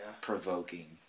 Provoking